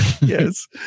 Yes